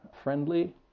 friendly